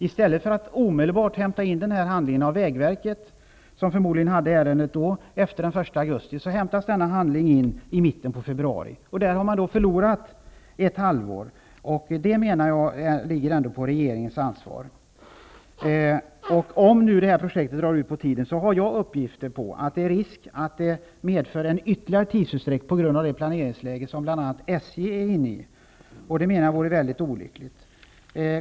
I stället för att man omedelbart hämtade in den från vägverket, som förmodligen hade ärendet, efter den 1 augusti hämtades den in i mitten på februari. På det sättet har man förlorat ett halvår. Det ligger ändå på regeringens ansvar. Om detta projekt drar ut på tiden är det enligt uppgifter risk för ytterligare tidsutdräkt på grund av bl.a. SJ:s planeringsläge. Det vore mycket olyckligt.